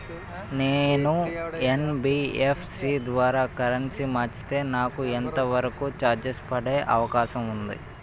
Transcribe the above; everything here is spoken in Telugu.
నేను యన్.బి.ఎఫ్.సి ద్వారా కరెన్సీ మార్చితే నాకు ఎంత వరకు చార్జెస్ పడే అవకాశం ఉంది?